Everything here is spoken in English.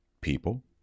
people